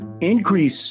increase